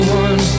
one